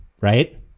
right